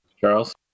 Charles